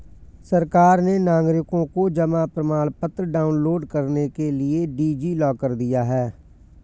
सरकार ने नागरिकों को जमा प्रमाण पत्र डाउनलोड करने के लिए डी.जी लॉकर दिया है